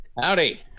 Howdy